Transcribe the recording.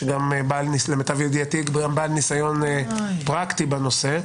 שלמיטב ידעתי גם בעל ניסיון פרקטי בנושא,